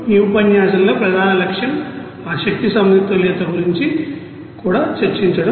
ఇప్పుడు ఈ ఉపన్యాసంలో ప్రధాన లక్ష్యం ఆ శక్తి సమతుల్యత గురించి కూడా చర్చించడం